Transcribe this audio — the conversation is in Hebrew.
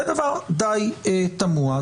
זה דבר די תמוה.